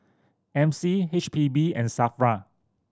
M C H P B and SAFRA